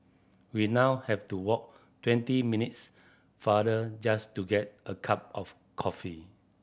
we now have to walk twenty minutes farther just to get a cup of coffee